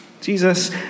Jesus